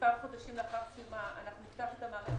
מספר חודשים לאחר סיומה אנחנו נפתח את המערכת